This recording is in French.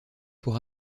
pour